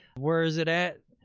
where is it at?